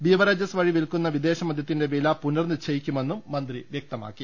beverages വഴി വിൽക്കുന്ന വിദേശമദൃത്തിന്റെ വില പുനർനിശ്ചയിക്കുമെന്നും മന്ത്രി വൃക്തമാക്കി